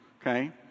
okay